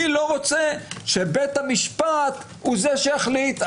שבית המשפט הוא שיחליט.